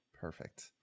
Perfect